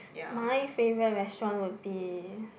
my favourite restaurant would be